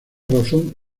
razón